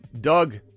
Doug